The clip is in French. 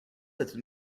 cette